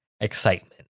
excitement